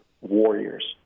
warriors